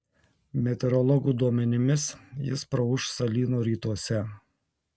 meteorologų duomenimis jis praūš salyno rytuose